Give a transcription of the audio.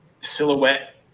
silhouette